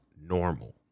normal